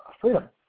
freedom